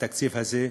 התקציב הזה,